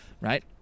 right